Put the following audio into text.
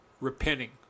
repenting